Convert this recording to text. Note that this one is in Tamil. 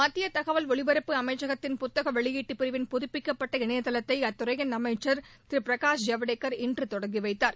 மத்திய தகவல் ஒலிபரப்பு அமைச்சகத்தின் புத்தக வெளியீட்டுப் பிரிவின் புதப்பிக்கப்பட்ட இணையதளத்தை அத்துறையின் அமைச்சர் திரு பிரகாஷ் ஐவடேக்கர் இன்று தொடங்கி வைத்தார்